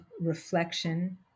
reflection